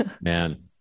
Man